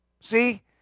See